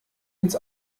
ins